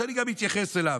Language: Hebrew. שאני גם אתייחס אליו.